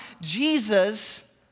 Jesus